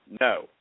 no